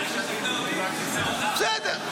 --- בסדר.